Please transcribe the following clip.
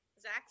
Zach